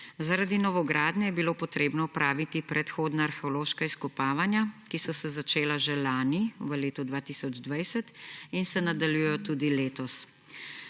Zaradi novogradnje je bilo potrebno opraviti predhodna arheološka izkopavanja, ki so se začela že lani, v letu 2020, in se nadaljujejo tudi letos.